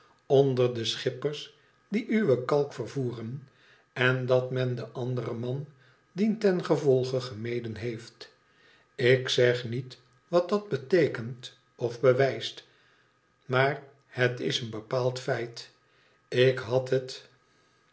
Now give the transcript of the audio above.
onder de schippers die uwe kalk vervoeren en dat men den anderen man dientengevolge gemeden heeft ik zeg niet wat dat beteekent of bewijst maar het is een bepaald feit ik bad het